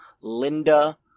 Linda